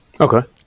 Okay